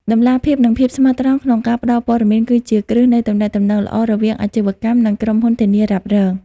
តម្លាភាព និងភាពស្មោះត្រង់ក្នុងការផ្ដល់ព័ត៌មាន គឺជាគ្រឹះនៃទំនាក់ទំនងល្អរវាងអាជីវកម្ម និងក្រុមហ៊ុនធានារ៉ាប់រង។